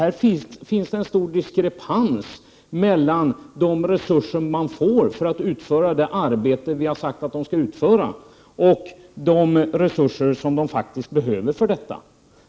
Det finns här en stor diskrepans mellan de resurser miljövårdsenheterna får för att utföra det arbete vi har sagt att de skall utföra och de resurser de faktiskt behöver för detta.